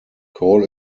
call